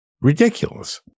ridiculous